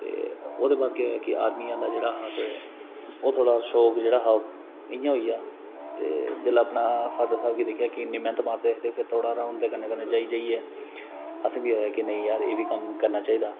ते ओह्दे बाद केह् होआ कि आर्मी आह्ला ओह् थोह्ड़ा शौक जेह्ड़ा हा इ'यां होई आ जेल्लै अपनै फादर साह्ब गी दिक्खेआ कि इन्नी मेह्नत मारदे ते फिर थोह्ड़ा हारा उंदे कन्नै जाई जाइयै असेंई बी होआ कि नेईं यार इब्भी कम्म करना चाहिदा